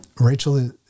Rachel